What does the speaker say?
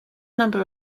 number